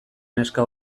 neska